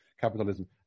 capitalism